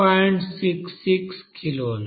66 కిలోలు